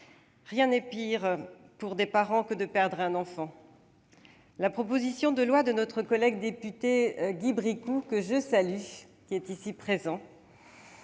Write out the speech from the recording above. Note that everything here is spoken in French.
Rien n'est pire pour des parents que de perdre un enfant. La proposition de loi de notre collègue député Guy Bricout, qui est présent